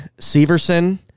Severson